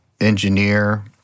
engineer